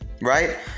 right